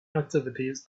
activities